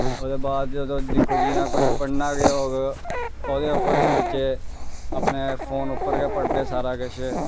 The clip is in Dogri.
ओह्दे बाद तुस दिक्खो जियां कुछ पढ़ना गै होग ओह्दे उप्पर बी बच्चे अपने फोन उप्पर गै पढ़दे सारा किश